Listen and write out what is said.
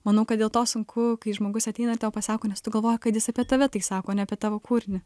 manau kad dėl to sunku kai žmogus ateina ir tau pasako nes tu galvoji kad jis apie tave tai sako ne apie tavo kūrinį